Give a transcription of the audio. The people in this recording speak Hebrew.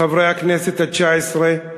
חברי הכנסת התשע-עשרה,